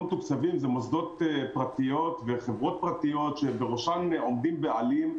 מתוקצבים אלו מוסדות פרטיים וחברות פרטיות שבראשן עומדים בעלים.